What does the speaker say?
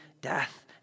death